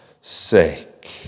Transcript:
sake